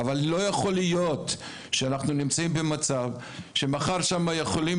לא יכול להיות שאנחנו נמצאים במצב שמחר יכולים